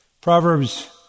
Proverbs